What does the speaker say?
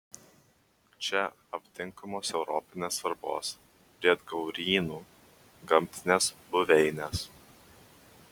čia aptinkamos europinės svarbos briedgaurynų gamtinės buveinės